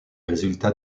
résultats